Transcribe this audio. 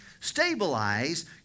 Stabilize